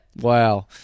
Wow